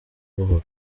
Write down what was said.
buhoro